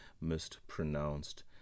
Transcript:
mispronounced